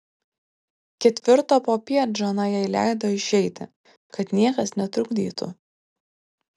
ketvirtą popiet žana jai leido išeiti kad niekas netrukdytų